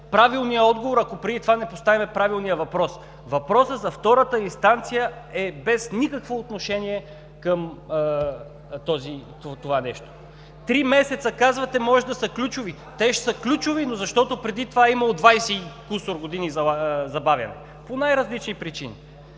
правилния отговор, ако преди това не поставим правилния въпрос. Въпросът за втората инстанция е без никакво отношение към това нещо. Казвате, че три месеца може да са ключови. Те ще са ключови, но защото преди това е имало 20 години и кусур забавяне по най различни причини.